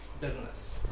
business